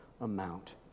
amount